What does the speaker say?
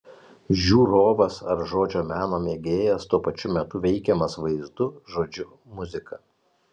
žiūrovas ar žodžio meno mėgėjas tuo pačiu metu veikiamas vaizdu žodžiu muzika